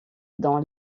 dans